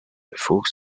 befugt